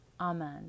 Amen